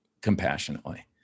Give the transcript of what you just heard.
compassionately